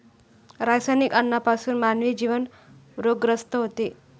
रासायनिक अन्नापासून मानवी जीवन रोगग्रस्त होते